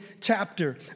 chapter